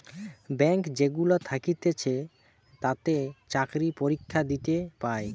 bank যেগুলা থাকতিছে তাতে চাকরি পরীক্ষা দিয়ে পায়